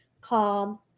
calm